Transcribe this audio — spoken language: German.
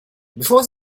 bevor